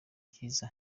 cyiza